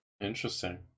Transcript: Interesting